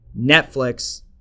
Netflix